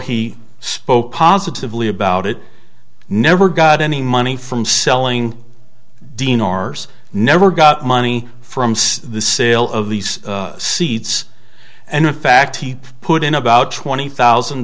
he spoke positively about it never got any money from selling dinars never got money from the sale of these seeds and in fact he put in about twenty thousand